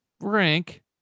Rank